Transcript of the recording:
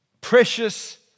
Precious